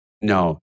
No